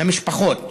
למשפחות.